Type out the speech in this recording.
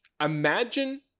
imagine